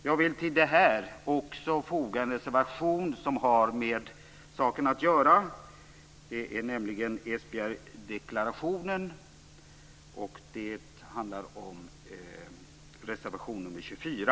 Jag vill också yrka bifall till en annan reservation som har med saken att göra, nämligen den om Esbjergdeklarationen, nr 24